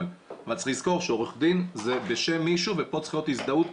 אבל צריך לזכור שעורך דין זה בשם מישהו ופה צריכה להיות הזדהות.